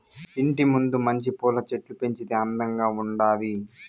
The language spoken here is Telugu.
ఇంటి ముందు మంచి పూల చెట్లు పెంచితే అందంగా ఉండాది